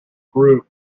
grew